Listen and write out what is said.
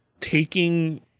taking